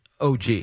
OG